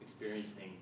Experiencing